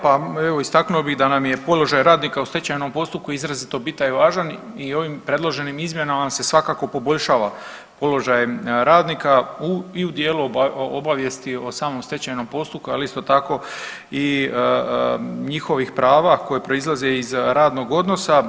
Pa evo istaknuo bih da nam položaj radnika u stečajnom postupku izrazito bitan i važan i ovim predloženim izmjenama se svakako poboljšava položaj radnika i u dijelu obavijesti o samom stečajnom postupku, ali isto tako i njihovih prava koji proizlaze iz radnog odnosa.